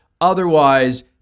Otherwise